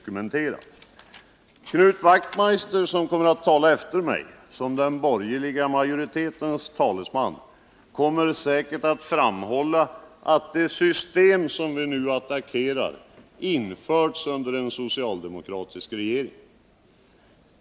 Knut Wachtmeister, som kommer att tala efter mig som den borgerliga majoritetens talesman, kommer säkert att framhålla att det system som vi nu attackerar införts under en tid med socialdemokratisk regering.